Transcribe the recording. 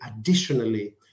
additionally